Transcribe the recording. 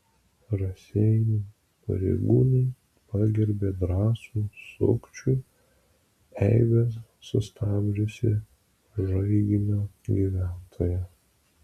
raseinių pareigūnai pagerbė drąsų sukčių eibes sustabdžiusį žaiginio gyventoją